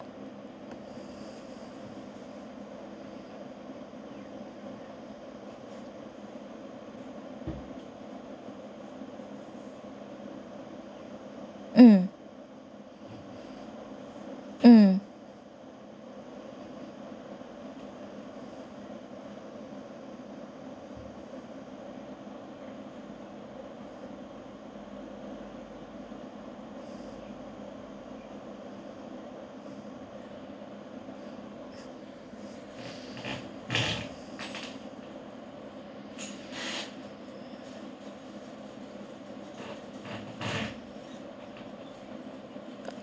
mm mm